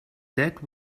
that